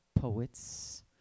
poets